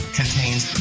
contains